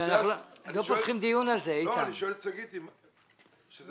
רוצה לציין שמה